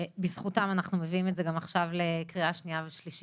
ובזכותם אנחנו מביאים את זה גם עכשיו לקריאה שנייה ושלישית,